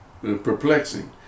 perplexing